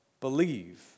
believe